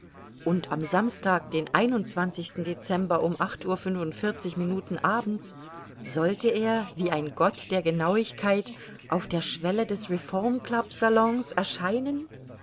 und am samstag den dezember um acht uhr fünfundvierzig minuten abends sollte er wie ein gott der genauigkeit auf der schwelle des reformclubsalons erscheinen